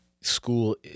School